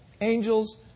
angels